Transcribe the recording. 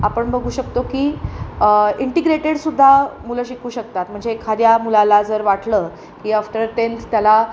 आपण बघू शकतो की इंटिग्रेटेड सुद्धा मुलं शिकू शकतात म्हणजे एखाद्या मुलाला जर वाटलं की आफ्टर टेन्थ त्याला